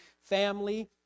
family